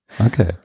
Okay